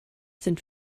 sind